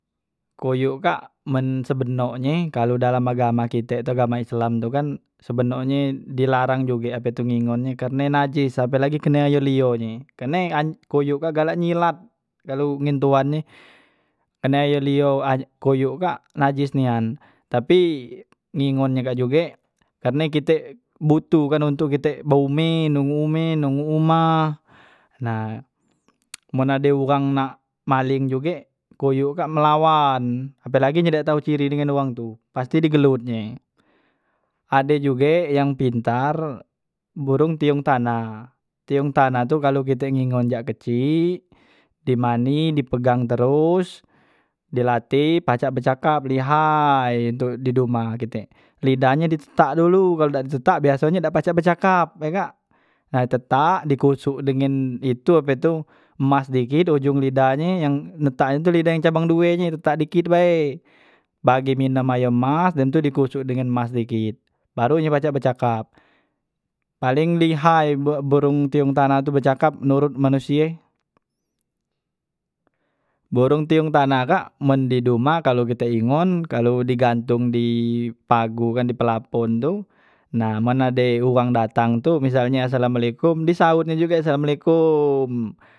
Koyok kak men sebenoknye kalu dalam agama kite tu agama islam tu kan sebenoknye dilarang juge apetu ngengon nye karne najis apelagi kene air lio nye karne kan koyok kak galak nyilat kalu ngen tuan nye karne air lio koyok kak najis nian, tapi ngingon nye kak juge karne kite butuh kan untuk kite behumeh nunggu humah nung umah, nah men ade wang nak maling juge koyok kak melawan apelagi ye dak tau ciri dengan wang tu pasti di gelut nye, ade juge yang pintar burung tiyung tanah, tiyung tanah tu kalu kite ngingon jak kecik di mandi di pegang terus di latih pacak becakap lihai tu di dumah kite, lidah nye di tetak dulu kalo dak di tetak biasonyo dak pacak becakap he kak, di tetak di kosok dengen itu ape tu emas dikit ujung lidah nye yang netak nye tu lidah cabang due nye tetak dikit bae bagi minom ayo mas dem tu di kosok dengan emas dikit baru nye pacak becakap, paling lihai be- borong tiyung tanah tu becakap nurut manusie, burung tiyung tanah kak men di dumah kalu kite ngingon kalu digantung di pagu kan di pelapon tu nah men ade wang datang tu misal nye assalamualaikum di saut nye juge assalamualaikum.